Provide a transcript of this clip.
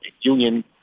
union